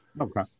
Okay